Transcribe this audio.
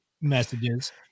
messages